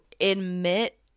admit